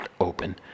Open